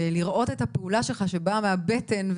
ולראות את הפעולה שלך שבאה מהבטן,